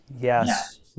yes